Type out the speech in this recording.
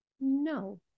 No